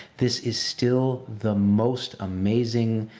this is still the most amazing,